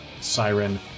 Siren